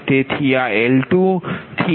તેથી આ L2Lm છે